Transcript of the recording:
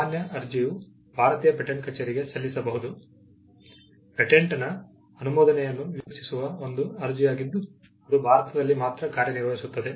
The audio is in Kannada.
ಸಾಮಾನ್ಯ ಅರ್ಜಿಯು ಭಾರತೀಯ ಪೇಟೆಂಟ್ ಕಚೇರಿಗೆ ಸಲ್ಲಿಸಬಹುದು ಪೇಟೆಂಟ್ನ ಅನುಮೋದನೆಯನ್ನು ನಿರೀಕ್ಷಿಸುವ ಒಂದು ಅರ್ಜಿಯಾಗಿದ್ದು ಅದು ಭಾರತದಲ್ಲಿ ಮಾತ್ರ ಕಾರ್ಯನಿರ್ವಹಿಸುತ್ತದೆ